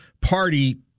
party